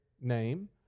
name